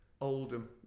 Oldham